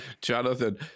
Jonathan